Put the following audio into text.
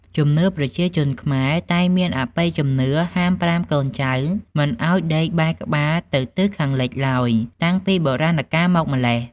ជំនឿប្រជាជនខ្មែរ តែងមានអបិយជំនឿហាមប្រាមកូនចៅមិនឱ្យដេកបែរក្បាលទៅទិសខាងលិចឡើយតាំងពីបុរាណកាលមកម្ល៉េះ។